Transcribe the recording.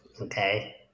Okay